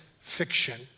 fiction